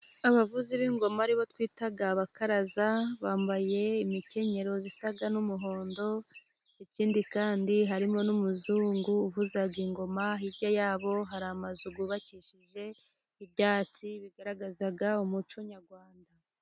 Abavuzi b'ingoma aribo twita abakaraza, bambaye imikenyero isa n'umuhondo, ikindi kandi harimo n'umuzungu uvuza ingoma, hirya yabo hari amazu yubakishije ibyatsi bigaragaza umuco nyarwanda.